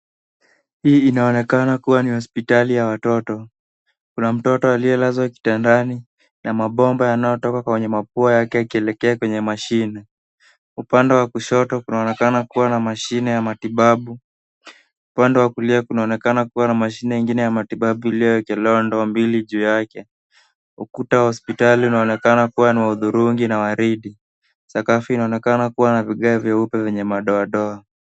Hii inaonekaa kuwa ni hospitali ya watoto. Kuna mtoto aliyelazwa kitandani na mabomba yaayotoka kutoka kwa mapua yake yakielekea kwenye mashine. Upande wa kushoto kunaonekana kuwa na mashine ya matibabu. Upande wa kulia kunaonekana kuwa na mashine ingine ya matibabu iliyowekelewa ndoo mbili juu yake. Ukuta wa hospitali unaonekana kuwa ni wa hudhurungi na waridi. Sakafu inaonekana kuwa na vigae vyeupe veney madoadoa.